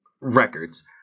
Records